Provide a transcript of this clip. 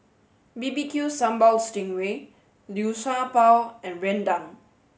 B B Q Sambal Sting Ray Liu Sha Bao and Rendang